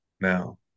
now